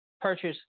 purchase